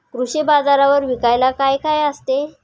कृषी बाजारावर विकायला काय काय असते?